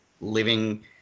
living